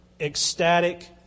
ecstatic